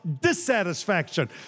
dissatisfaction